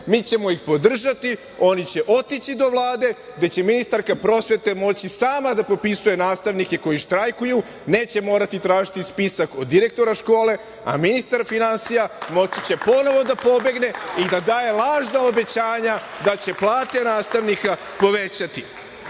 mi ćemo ih podržati, oni će otići do Vlade gde će ministarka prosvete moći sama da popisuje nastavnike koji štrajkuju, neće morati tražiti spisak od direktora škole, a ministar finansija moći će ponovo da pobegne i da daje lažna obećanja da će plate nastavnika povećati. Mi